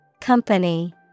Company